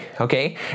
okay